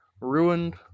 ruined